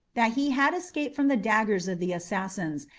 that he had escaped from the daggers of the assassins,